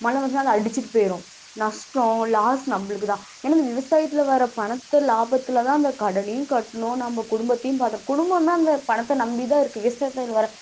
மழை வந்துச்சின்னால் அது அடிச்சிட்டு போயிடும் நஸ்டம் லாஸ் நம்மளுக்குதான் ஏன்னா இந்த விவசாயத்தில் வர்ற பணத்தை லாபத்தில்தான் அந்த கடனையும் கட்டணும் நம்ம குடும்பத்தையும் பாத் குடும்பன்னா அந்த பணத்தை நம்பிதான் இருக்குது விவசாயத்தில் வர